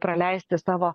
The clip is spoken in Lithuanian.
praleisti savo